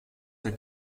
der